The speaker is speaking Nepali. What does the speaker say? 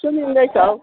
सुनिँदैछ हौ